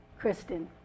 Kristen